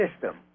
system